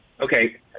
Okay